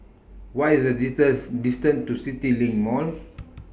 What IS The Disease distance to CityLink Mall